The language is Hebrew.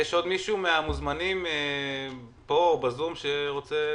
יש עוד מישהו מהמוזמנים פה או בזום שרוצה